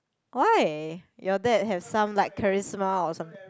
why your dad have some like charisma or some